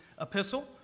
epistle